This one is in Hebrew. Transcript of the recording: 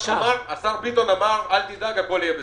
השר בטון אמר: אל תדאג, הכול יהיה בסדר.